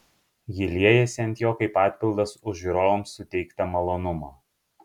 ji liejasi ant jo kaip atpildas už žiūrovams suteiktą malonumą